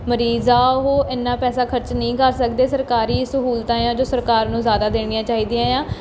ਮਰੀਜ਼ ਆ ਉਹ ਇੰਨਾ ਪੈਸਾ ਖਰਚ ਨਹੀਂ ਕਰ ਸਕਦੇ ਸਰਕਾਰੀ ਸਹੂਲਤਾਂ ਏ ਆ ਜੋ ਸਰਕਾਰ ਨੂੰ ਜ਼ਿਆਦਾ ਦੇਣੀਆਂ ਚਾਹੀਦੀਆਂ ਏ ਆ